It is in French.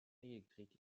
électrique